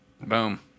Boom